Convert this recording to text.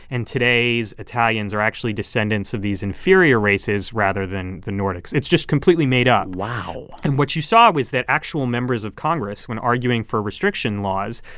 and today's italians are actually descendants of these inferior races, rather than the nordics. it's just completely made up wow and what you saw was that actual members of congress, when arguing for restriction laws,